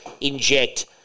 inject